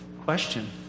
question